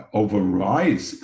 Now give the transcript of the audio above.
overrides